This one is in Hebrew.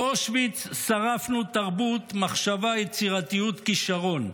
באושוויץ שרפנו תרבות, מחשבה, יצירתיות, כישרון.